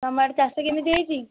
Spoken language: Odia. ତୁମ ଆଡ଼େ ଚାଷ କେମିତି ହେଇଛି